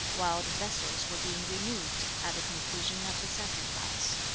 while the vessels were being removed, at the conclusion of the sacrifice.